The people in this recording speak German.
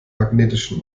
magnetischen